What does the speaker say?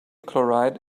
chloride